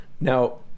Now